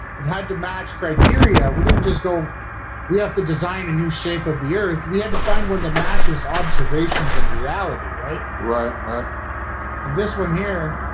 it had to match criteria we didn't just go we have to design a new shape of the earth. we had to find one that matches observations and reality, right? right, right and this one here,